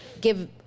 give